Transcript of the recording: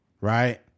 right